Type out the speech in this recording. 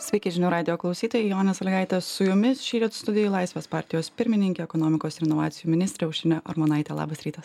sveiki žinių radijo klausytojai jonė sąlygaitė su jumis šįryt studijoj laisvės partijos pirmininkė ekonomikos ir inovacijų ministrė aušrinė armonaitė labas rytas